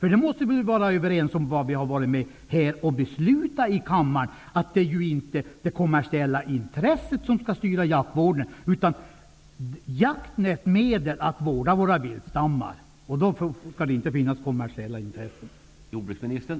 Vi måste väl vara överens om det som vi har varit med och beslutat om i kammaren, nämligen att det inte är det kommersiella intresset som skall styra jaktvården utan att jakten skall vara ett medel för att vårda våra viltstammar. Då skall det inte finnas kommersiella intressen.